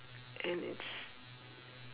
and it's